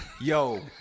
Yo